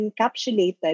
encapsulated